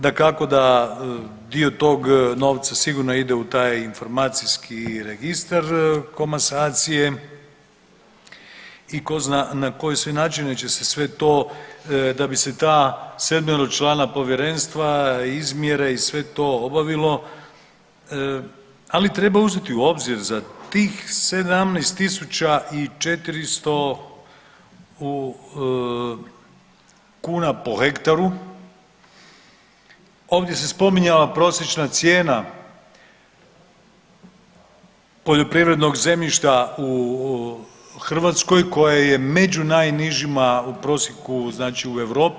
Dio tog novca sigurno ide u taj informacijski registar komasacije i tko zna na koje sve načine će se sve to da bi se ta sedmeročlana povjerenstva, izmjere i sve to obavilo ali treba uzeti u obzir za tih 17 400 kuna po hektaru ovdje se spominjala prosječna cijena poljoprivrednog zemljišta u Hrvatskoj koja je među najnižima u prosjeku, znači u Europi.